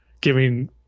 giving